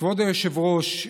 כבוד היושב-ראש,